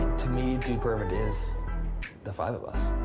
to me, dude perfect is the five of us.